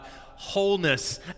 wholeness